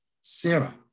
Sarah